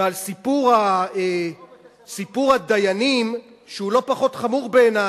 ועל סיפור הדיינים, שהוא לא פחות חמור בעיני